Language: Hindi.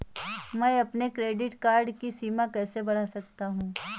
मैं अपने क्रेडिट कार्ड की सीमा कैसे बढ़ा सकता हूँ?